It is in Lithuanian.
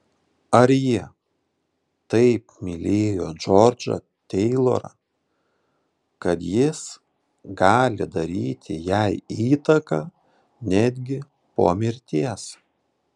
ar ji taip mylėjo džordžą teilorą kad jis gali daryti jai įtaką netgi po mirties